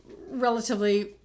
relatively